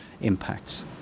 impacts